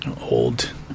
Old